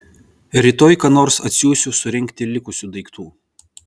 rytoj ką nors atsiųsiu surinkti likusių daiktų